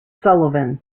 sullivan